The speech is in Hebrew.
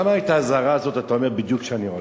למה את האזהרה הזאת אתה אומר בדיוק כשאני עולה?